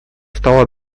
стало